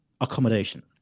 accommodation